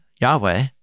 Yahweh